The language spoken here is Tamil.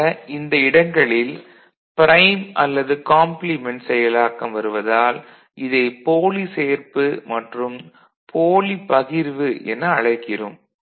ஆக இந்த இடங்களில் ப்ரைம் அல்லது காம்ப்ளிமென்ட் செயலாக்கம் வருவதால் இதை போலி சேர்ப்பு மற்றும் போலி பகிர்வு என அழைக்கிறோம்